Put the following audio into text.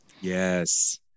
Yes